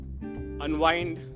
unwind